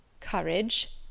Courage